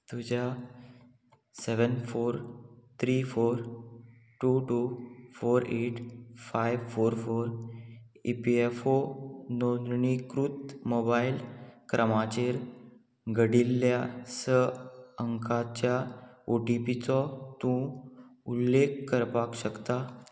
तुज्या seven four three four two two four eight five four four E P F O नोंदणीकृत mobile क्रमांचेर घडिल्ल्या स अंकाच्या ओ टी पी चो तूं उल्लेख करपाक शकता